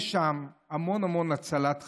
יש שם המון המון הצלת חיים.